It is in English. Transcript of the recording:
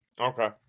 okay